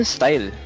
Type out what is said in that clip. style